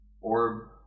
Orb